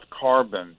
carbon